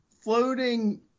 floating